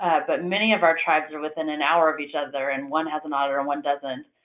but many of our tribes are within an hour of each other. and one has an auditor and one doesn't.